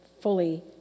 fully